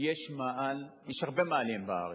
יש מאהל, יש הרבה מאהלים בארץ.